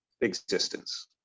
existence